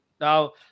Now